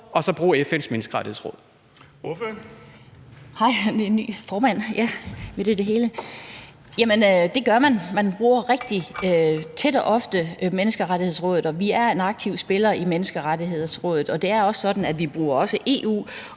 (Erling Bonnesen): Ordføreren. Kl. 20:30 Annette Lind (S): Jamen det gør man. Man bruger rigtig tit og ofte Menneskerettighedsrådet, og vi er en aktiv spiller i Menneskerettighedsrådet. Det er også sådan, at vi også bruger EU,